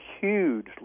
huge